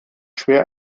schwer